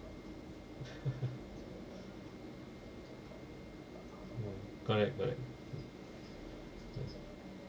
correct correct mm mm